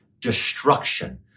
destruction